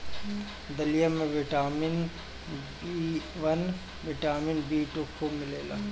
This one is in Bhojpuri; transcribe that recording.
दलिया में vitamin B one, vitamin B two खूब मिलेला